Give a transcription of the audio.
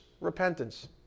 repentance